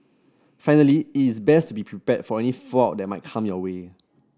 finally it is best to be prepared for any fallout that might come your way